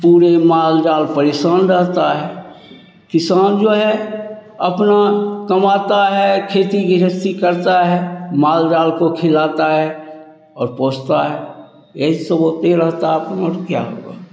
पूरे माल जाल परेशान रहता है किसान जो है अपना कमाता है खेती गृहस्ती करता है माल जाल को खिलाता है और पोसता है यही सब होते रहता अपना और क्या हुआ